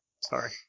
Sorry